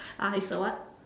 uh it's a what